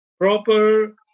proper